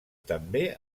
també